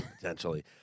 potentially